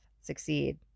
succeed